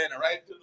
right